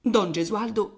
don gesualdo